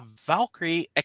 Valkyrie